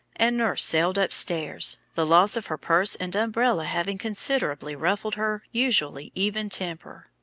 and nurse sailed upstairs, the loss of her purse and umbrella having considerably ruffled her usually even temper.